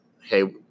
Hey